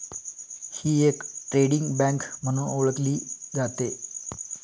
ही एक trading bank म्हणून ओळखली जाते